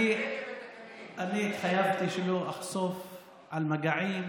אני התחייבתי שלא אחשוף מגעים,